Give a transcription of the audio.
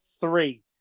three